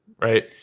right